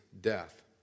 death